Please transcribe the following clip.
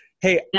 Hey